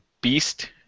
Beast